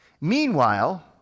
Meanwhile